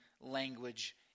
language